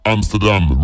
Amsterdam